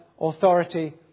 authority